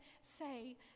Say